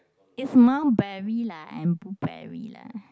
it's mulberry lah and blueberry lah